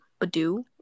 Badoo